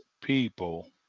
people